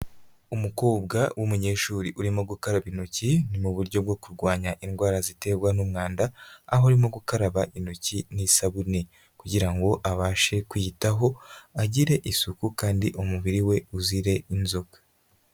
Umukobwa w'umunyeshuri urimo gukaraba intoki ni muburyo bwo kurwanya indwara ziterwa n'umwanda aho arimo gukaraba intoki n'isabune kugirango abashe kwiyitaho agire isuku kandi umubiri we uzire inzoka.